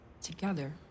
Together